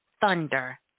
thunder